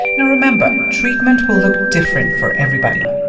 you know remember. treatment will look different for everybody